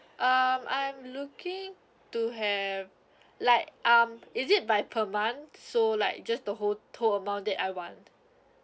um I am looking to have like um is it by per month so like just the whole total amount that I want